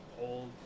Old